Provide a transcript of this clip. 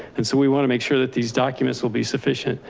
and so we want to make sure that these documents will be sufficient.